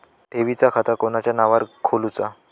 ठेवीचा खाता कोणाच्या नावार खोलूचा?